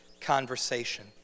conversation